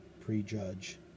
prejudge